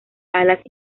alas